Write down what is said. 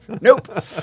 Nope